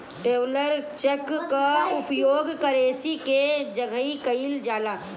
traveller cheque कअ उपयोग currency के जगही कईल जाला